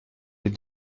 les